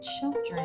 children